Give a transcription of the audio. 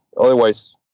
otherwise